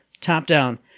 top-down